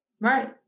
Right